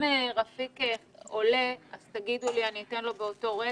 אם רפיק עולה, אני אאפשר לו להתייחס.